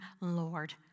Lord